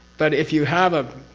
but if you have a